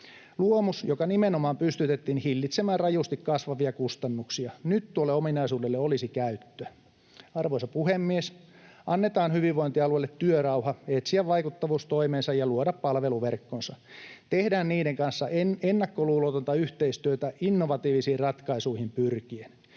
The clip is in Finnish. luomus, joka nimenomaan pystytettiin hillitsemään rajusti kasvavia kustannuksia. Nyt tuolle ominaisuudelle olisi käyttöä. Arvoisa puhemies! Annetaan hyvinvointialueille työrauha etsiä vaikuttavuustoimensa ja luoda palveluverkkonsa. Tehdään niiden kanssa ennakkoluulotonta yhteistyötä innovatiivisiin ratkaisuihin pyrkien.